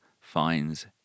finds